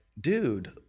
dude